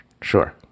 Sure